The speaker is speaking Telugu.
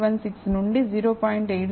17516 నుండి 0